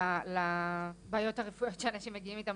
מודעים לבעיות הרפואיות שאנשים מגיעים איתם,